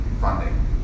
funding